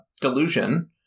delusion